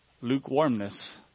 lukewarmness